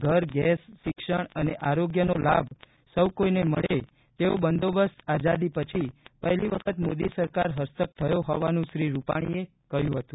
ઘર ગેસ શિક્ષણ અને આરોગ્યનો લાભ સૌ કોઈને મળે તેવો બંદોબસ્ત આઝાદી પછી પહેલી વખત મોદી સરકાર હસ્તક થયો હોવાનું શ્રી રૂપાછીએ ઉમેર્યું હતું